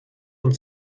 und